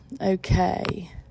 okay